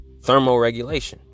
thermoregulation